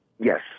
Yes